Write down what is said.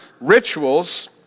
rituals